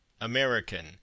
American